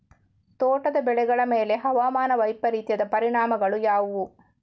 ತೋಟದ ಬೆಳೆಗಳ ಮೇಲೆ ಹವಾಮಾನ ವೈಪರೀತ್ಯದ ಪರಿಣಾಮಗಳು ಯಾವುವು?